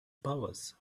powers